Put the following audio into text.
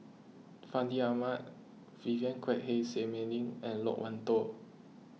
Fandi Ahmad Vivien Quahe Seah Mei Lin and Loke Wan Tho